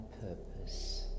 purpose